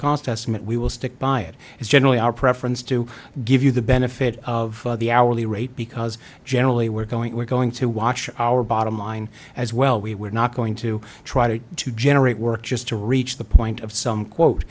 cost estimate we will stick by it is generally our preference to give you the benefit of the hourly rate because generally we're going we're going to watch our bottom line as well we were not going to try to generate work just to reach the point of some quote